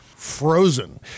Frozen